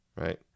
right